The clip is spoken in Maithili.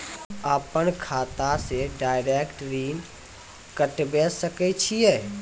अपन खाता से डायरेक्ट ऋण कटबे सके छियै?